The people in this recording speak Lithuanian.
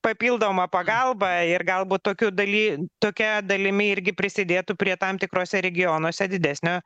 papildomą pagalbą ir galbūt tokiu daly tokia dalimi irgi prisidėtų prie tam tikruose regionuose didesnio